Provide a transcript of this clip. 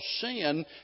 sin